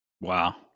Wow